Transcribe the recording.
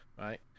right